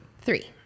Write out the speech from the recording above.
Three